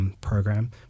Program